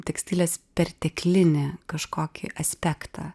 tekstilės perteklinį kažkokį aspektą